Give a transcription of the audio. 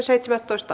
asia